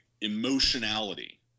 emotionality